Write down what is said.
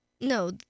No